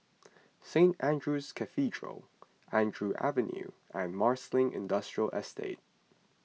Saint andrew's Cathedral Andrew Avenue and Marsiling Industrial Estate